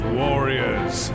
warriors